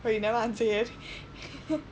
what you never answer yet